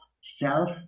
self